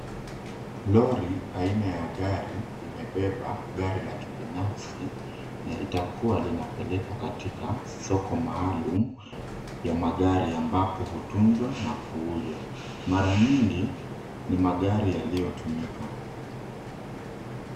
Lori aina ya gari limebeba gari la kibinafsi na itakua linapelekwa katika soko maalum ya magari ambapo hutunzwa na kuuzwa. Mara nyingi ni magari yaliyo tumika.